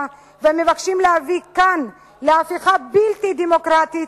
ומבקשים להביא כאן להפיכה בלתי דמוקרטית,